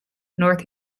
north